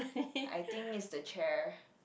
I think it's the chair